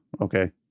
okay